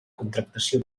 contractació